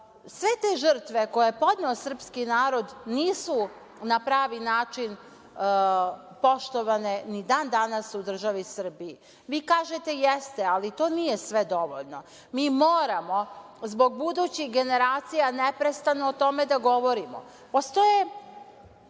te žrtve koje je podneo srpski narod nisu na pravi način poštovane ni dan danas u državi Srbiji. Vi kažete, jeste, ali to nije sve dovoljno. Mi moramo zbog budućih generacija neprestano o tome da govorimo. Postoje